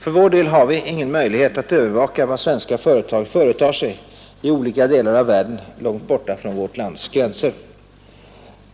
För vår del har vi ingen möjlighet att övervaka vad svenska företag företar sig i olika delar av världen långt borta från vårt lands gränser.